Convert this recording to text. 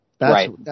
Right